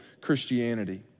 Christianity